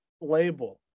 label